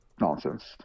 nonsense